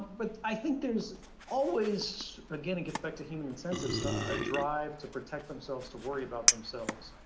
but i think there's always again, it gets back to human incentives, a drive to protect themselves to worry about themselves,